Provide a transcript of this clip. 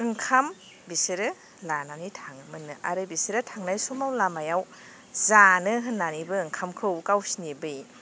ओंखाम बिसोरो लानानै थाङोमोन नो आरो बिसोरो थांनाय समाव लामायाव जानो होन्नानैबो ओंखामखौ गावसिनि बे